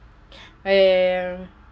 and